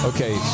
Okay